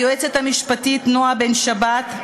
היועצת המשפטית נועה בן-שבת,